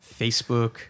Facebook